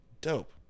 dope